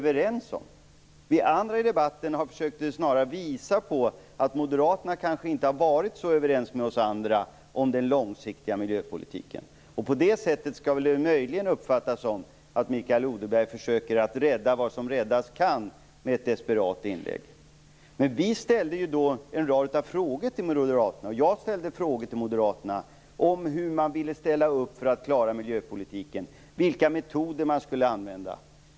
Vi andra i debatten har snarare försökt visa på att Moderaterna kanske inte har varit så överens med oss andra om den långsiktiga miljöpolitiken. Därför skall det möjligen uppfattas som att Mikael Odenberg med ett desperat inlägg försöker att rädda vad som räddas kan. Vi ställde en rad frågor till moderaterna. Jag ställde frågor till moderaterna om hur man ville ställa upp för att klara miljöpolitiken och vilka metoder man skulle använda.